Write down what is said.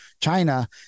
china